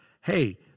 hey